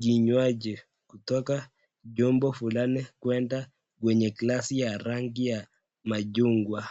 kinywaji kutoka chombo fulani, kuenda kwenye glasi ya rangi ya machungwa.